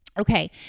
Okay